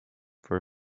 for